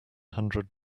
hundred